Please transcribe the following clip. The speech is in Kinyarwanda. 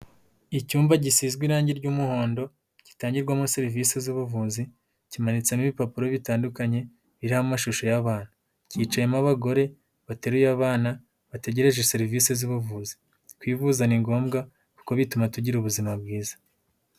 Icyumba gisizwe irangi ry'umuhondo gitangirwamo serivisi z'ubuvuzi, kimanitsemo ibipapuro bitandukanye biriho amashusho y'abantu. Cyicayemo abagore bateruye abana bategereje serivisi z'ubuvuzi, kwivuza ni ngombwa kuko bituma tugira ubuzima bwiza.